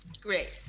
Great